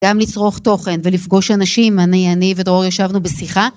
גם לצרוך תוכן ולפגוש אנשים, אני ודרור ישבנו בשיחה.